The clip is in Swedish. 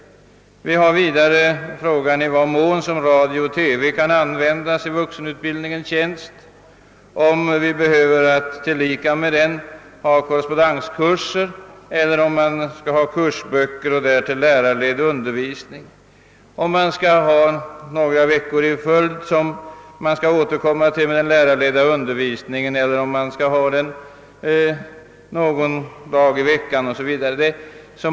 I vad mån radio och TV kan användas i vuxenutbildningens tjänst, om vi jämsides skall ha korrespondenskurser eller kursböcker och därtill lärarledd undervisning, om denna i så fall skall bedrivas återkommande några veckor i följd eller några dagar varje vecka 0. S. Vv.